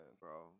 bro